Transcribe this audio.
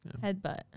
headbutt